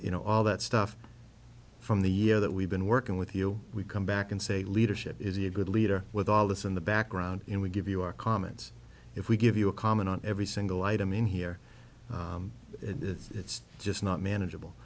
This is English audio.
you know all that stuff from the year that we've been working with you we come back and say leadership is a good leader with all this in the background and we give you our comments if we give you a comment on every single item in here and it's just not manageable